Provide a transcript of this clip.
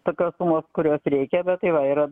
tokos sumos kurios reikia bet tai va yra